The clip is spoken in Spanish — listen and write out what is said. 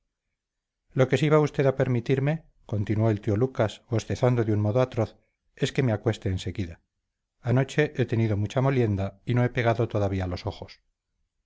lo que sí va usted a permitirme continuó el tío lucas bostezando de un modo atroz es que me acueste en seguida anoche he tenido mucha molienda y no he pegado todavía los ojos